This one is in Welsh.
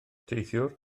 teithiwr